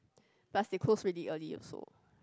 but they closed very early also